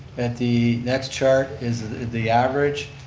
at the next chart is the average,